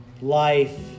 life